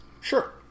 Sure